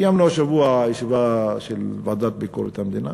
קיימנו השבוע ישיבה של ועדת ביקורת המדינה,